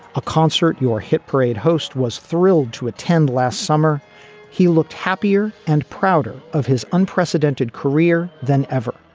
a concert. your hit parade host was thrilled to attend last summer he looked happier and prouder of his unprecedented career than ever.